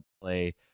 play